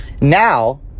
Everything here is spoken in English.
Now